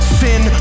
sin